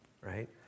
right